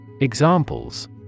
Examples